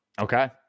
okay